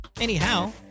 anyhow